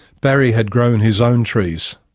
barry had grown his own trees.